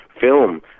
film